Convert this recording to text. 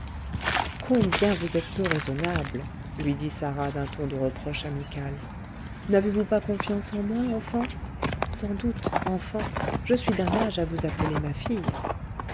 combien vous êtes peu raisonnable lui dit sarah d'un ton de reproche amical n'avez-vous pas confiance en moi enfant sans doute enfant je suis d'un âge à vous appeler ma fille